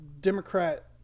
Democrat